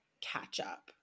catch-up